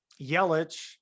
Yelich